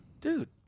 Dude